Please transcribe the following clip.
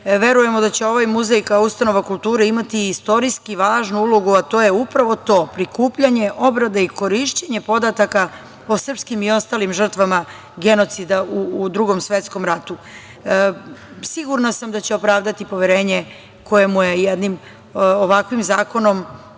verujemo da će ovaj muzej, kao ustanova kulture, imati istorijski važnu ulogu, a to je upravo to - prikupljanje, obrada i korišćenje podataka o srpskim i ostalim žrtvama genocida u Drugom svetskom ratu. Sigurna sam da će opravdati poverenje koje mu je jednim ovakvim zakonom